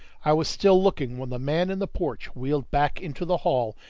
i was still looking when the man in the porch wheeled back into the hall,